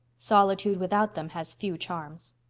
solitude without them has few charms.